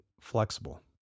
flexible